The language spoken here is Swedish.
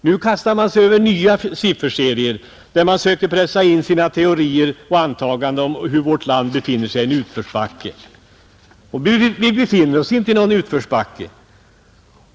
Nu kastar man sig över nya sifferserier, där man försöker pressa in sina teorier och antaganden om att vårt land befinner sig i en utförsbacke. Vi befinner oss inte i någon utförsbacke.